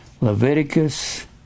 Leviticus